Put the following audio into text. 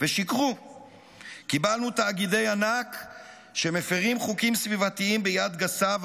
ושיקרו קיבלנו תאגידי ענק שמפירים חוקים סביבתיים ביד גסה,